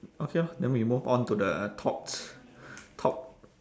okay orh then we move on to the tot~ top